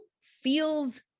feels